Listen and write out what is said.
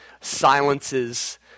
silences